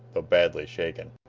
though badly shaken.